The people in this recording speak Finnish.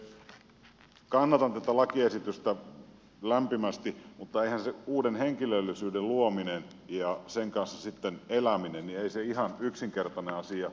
kannatan tätä lakiesitystä lämpimästi mutta eihän se uuden henkilöllisyyden luominen ja sen kanssa eläminen ihan yksinkertainen asia kuitenkaan ole